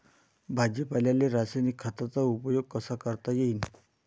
भाजीपाल्याले रासायनिक खतांचा उपयोग कसा करता येईन?